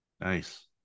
nice